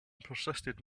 persisted